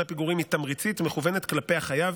הפיגורים היא תמריצית ומכוונת כלפי החייב.